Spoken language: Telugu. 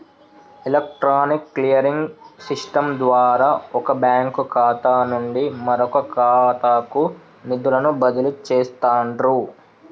ఎలక్ట్రానిక్ క్లియరింగ్ సిస్టమ్ ద్వారా వొక బ్యాంకు ఖాతా నుండి మరొకఖాతాకు నిధులను బదిలీ చేస్తండ్రు